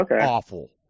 awful